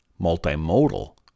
multimodal